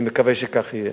אני מקווה שכך יהיה.